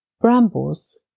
Brambles